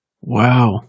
Wow